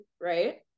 right